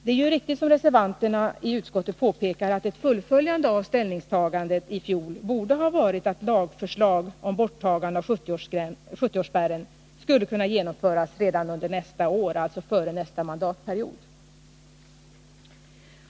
Det är ju riktigt som reservanterna i utskottet påpekar att ett fullföljande 2 av ställningstagandet i fjol borde ha varit att lagförslag om borttagande av 70-årsspärren skulle kunna antas redan under nästa år, alltså före nästa mandatperiod.